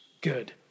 good